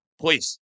Please